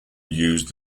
used